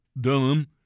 dumb